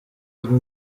uzwi